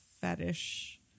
fetish